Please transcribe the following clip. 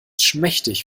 schmächtig